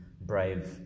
brave